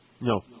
No